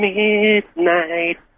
midnight